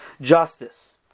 justice